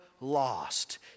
lost